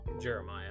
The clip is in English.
Jeremiah